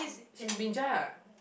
she's what